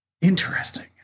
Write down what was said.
Interesting